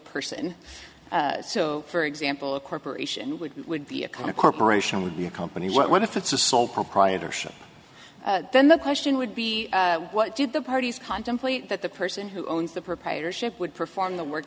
person so for example a corporation would it would be a kind of corporation would be a company what if it's a sole proprietorship then the question would be what did the parties contemplate that the person who owns the proprietorship would perform the work